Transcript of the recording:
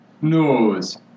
Nose